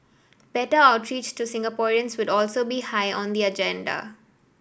better outreach to Singaporeans would also be high on the agenda